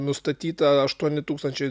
nustatyta aštuoni tūkstančiai